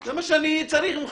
זה מה שאני צריך ממך.